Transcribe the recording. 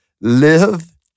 live